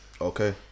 okay